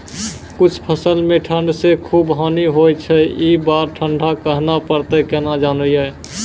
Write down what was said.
कुछ फसल मे ठंड से खूब हानि होय छैय ई बार ठंडा कहना परतै केना जानये?